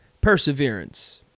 Perseverance